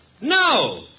No